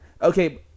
Okay